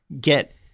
get